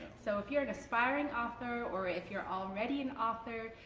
so if you're an aspiring author or if you're already an author,